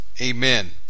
Amen